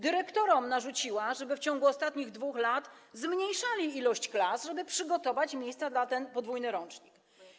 Dyrektorom narzuciła, żeby w ciągu ostatnich 2 lat zmniejszali ilość klas, żeby przygotować miejsca na ten podwójny rocznik.